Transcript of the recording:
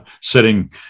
sitting